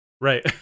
Right